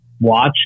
watch